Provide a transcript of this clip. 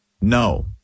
No